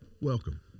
Welcome